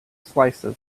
slices